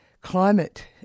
Climate